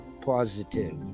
positive